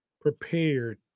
prepared